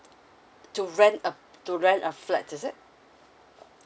to rent uh to rent a flat is it